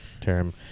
term